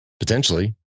Potentially